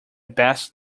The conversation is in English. best